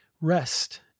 rest